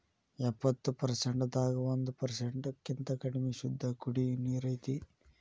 ಎಪ್ಪತ್ತು ಪರಸೆಂಟ್ ದಾಗ ಒಂದ ಪರಸೆಂಟ್ ಕಿಂತ ಕಡಮಿ ಶುದ್ದ ಕುಡಿಯು ನೇರ ಐತಿ